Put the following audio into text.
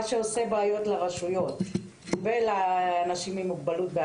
שיוצר בעיות לרשויות ולאנשים עם מוגבלות.